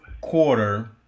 quarter